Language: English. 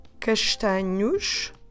castanhos